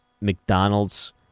McDonald's